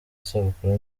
isabukuru